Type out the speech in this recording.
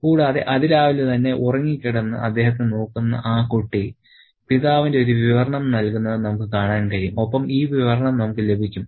കൂടാതെ അതിരാവിലെ തന്നെ ഉറങ്ങിക്കിടന്ന് അദ്ദേഹത്തെ നോക്കുന്ന ആ കുട്ടി പിതാവിന്റെ ഒരു വിവരണം നൽകുന്നത് നമുക്ക് കാണാൻ കഴിയും ഒപ്പം ഈ വിവരണം നമുക്ക് ലഭിക്കും